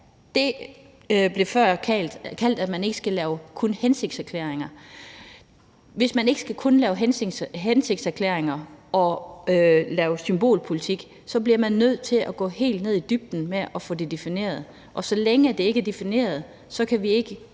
man før, at man ikke kun skal lave hensigtserklæringer. Hvis man ikke kun skal lave hensigtserklæringer og lave symbolpolitik, bliver man nødt til at gå helt ned i dybden med at få det defineret. Og så længe det ikke er defineret, kan vi ikke